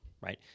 right